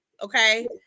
Okay